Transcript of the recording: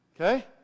Okay